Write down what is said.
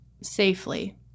Safely